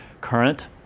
current